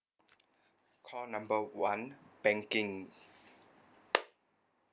call number one banking